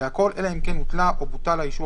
והכול אלא אם כן הותלה או בוטל האישור